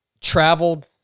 traveled